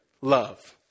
love